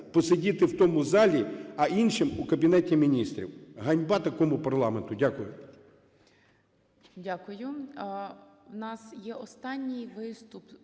посидіти в тому залі, а іншим - у Кабінеті Міністрів. Ганьба такому парламенту! Дякую.